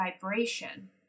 vibration